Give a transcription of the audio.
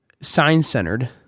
Sign-centered